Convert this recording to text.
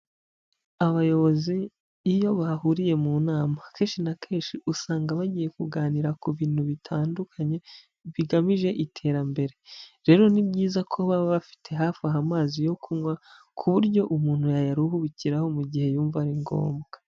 Abayobozi iyo bahuriye mu nama kenshi na kenshi usanga bagiye kuganira ku bintu bitandukanye bigamije iterambere, rero ni byiza ko baba bafite hafi aho amazi yo kunywa, ku buryo umuntu yayaruhukiraho mu gihe yumva ari ngombwa.